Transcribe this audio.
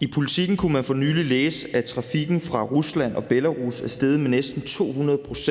I Politiken kunne man for nylig læse, at trafikken fra Rusland og Belarus er steget med næsten 200 pct.